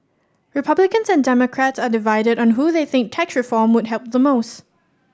republicans and Democrats are divided on who they think tax reform would help the most